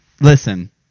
listen